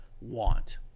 want